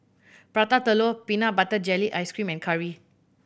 Prata Telur peanut butter jelly ice cream and curry